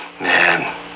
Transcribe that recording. Man